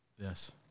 Yes